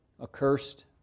accursed